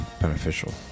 beneficial